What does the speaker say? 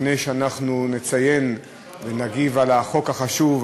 לפני שאנחנו נגיב על החוק החשוב,